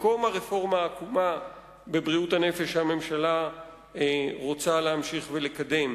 במקום הרפורמה העקומה בבריאות הנפש שהממשלה רוצה להמשיך לקדם.